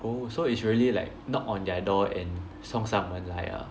oh so it's really like knock on their door and 送上门来啊